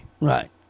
Right